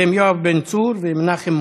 והם יואב בן צור ומנחם מוזס.